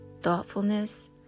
thoughtfulness